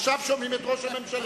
עכשיו שומעים את ראש הממשלה.